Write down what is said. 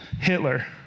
Hitler